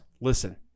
listen